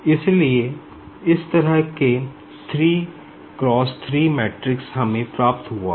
इसलिए इस तरह के 3 क्रॉस 3 मैट्रिक्स हमें प्राप्त हुआ हैं